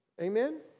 Amen